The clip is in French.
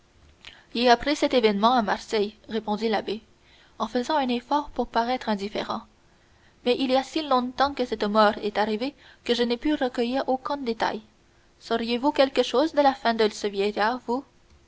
j'ai appris cet événement à marseille répondit l'abbé en faisant un effort pour paraître indifférent mais il y a si longtemps que cette mort est arrivée que je n'ai pu recueillir aucun détail sauriez-vous quelque chose de la fin de ce vieillard vous